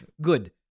Good